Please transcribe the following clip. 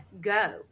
go